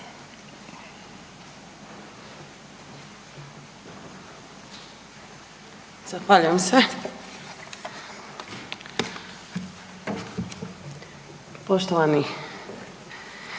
Zahvaljujem se. Poštovani